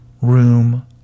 room